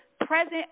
present